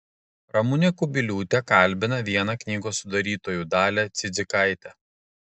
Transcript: ramunė kubiliūtė kalbina vieną knygos sudarytojų dalią cidzikaitę